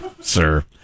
sir